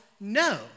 no